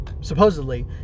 supposedly